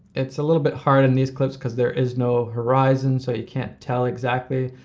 it's a little bit hard in these clips cause there is no horizon, so you can't tell exactly.